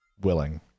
willing